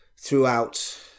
throughout